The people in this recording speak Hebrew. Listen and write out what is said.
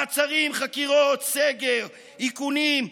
מעצרים, חקירות, סגר, איכונים,